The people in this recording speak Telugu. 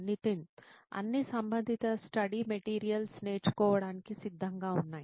నితిన్ అన్ని సంబంధిత స్టడీ మెటీరియల్స్ నేర్చుకోవడానికి సిద్ధంగా ఉన్నాయి